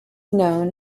known